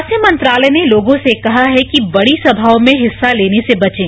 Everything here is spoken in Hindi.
स्वास्थ्य मंत्रालय ने लोगों से कहा है कि बड़ी समाओं में हिस्सा लेने से बचें